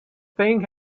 thing